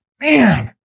man